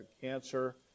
cancer